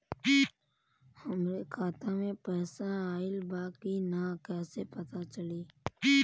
हमरे खाता में पैसा ऑइल बा कि ना कैसे पता चली?